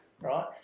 right